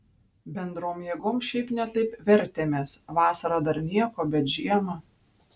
bendrom jėgom šiaip ne taip vertėmės vasarą dar nieko bet žiemą